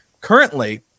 Currently